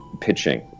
pitching